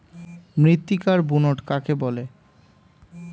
মৃত্তিকার বুনট কাকে বলে?